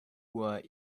uhr